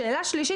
שאלה שלישית,